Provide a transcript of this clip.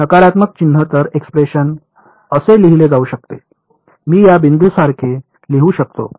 नकारात्मक चिन्ह तर हे एक्सप्रेशन असे लिहिले जाऊ शकते मी या बिंदूसारखे लिहू शकतो